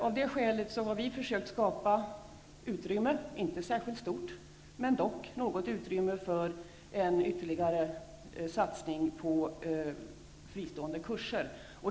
Av det skälet har vi försökt skapa utrymme -- låt vara att det inte är särskilt stort -- för en ytterligare satsning på fristående kurser.